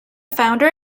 founder